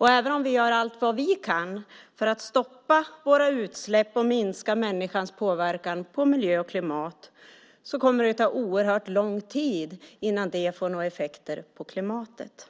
Även om vi gör allt vad vi kan för att stoppa våra utsläpp och minska människans påverkan på miljö och klimat kommer det att ta oerhört lång tid innan det får några effekter på klimatet.